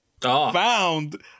found